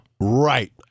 Right